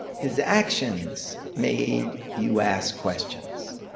his actions made you ask questions.